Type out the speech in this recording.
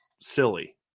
silly